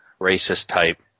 racist-type